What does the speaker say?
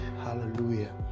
hallelujah